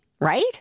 right